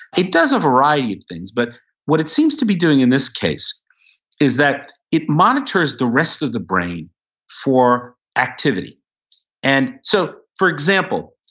it does a variety of things, but what it seems to be doing in this case is that it monitors the rest of the brain for activity and so for example,